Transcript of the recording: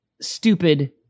stupid